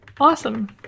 Awesome